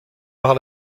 par